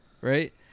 right